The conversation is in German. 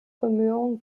bemühungen